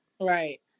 Right